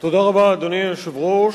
אדוני היושב-ראש,